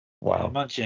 wow